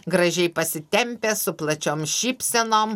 gražiai pasitempę su plačiom šypsenom